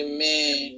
Amen